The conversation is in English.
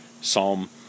Psalm